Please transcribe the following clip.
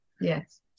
yes